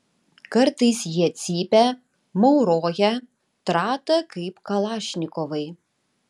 kartais jie cypia mauroja trata kaip kalašnikovai